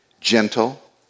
gentle